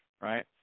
right